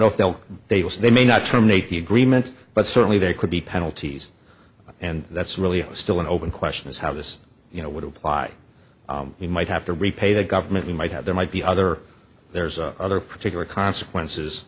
know if they'll they will they may not terminate the agreement but certainly there could be penalties and that's really still an open question is how this you know would apply we might have to repay the government we might have there might be other there's other particular consequences